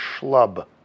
schlub